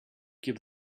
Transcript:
keep